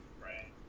right